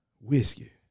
whiskey